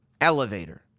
elevator